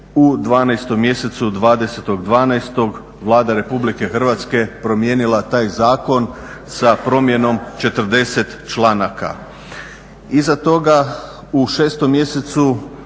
u 12. mjesecu, 20.12. Vlada RH promijenila taj zakon sa promjenom 40 članaka. Iza toga u 6. mjesecu